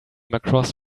across